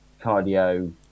cardio